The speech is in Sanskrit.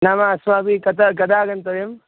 नाम अस्माभिः कत कदा आगन्तव्यम्